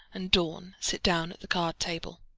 and dorn sit down at the card-table.